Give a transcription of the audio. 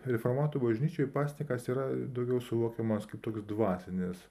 reformatų bažnyčioj pasninkas yra daugiau suvokiamas kaip toks dvasinis